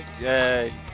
Yay